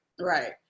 right